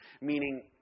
Meaning